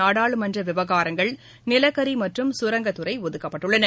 நாடாளுமன்ற விவகாரங்கள் நிலக்கரி மற்றும் சுரங்கத்துறை ஒதுக்கப்பட்டுள்ளது